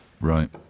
Right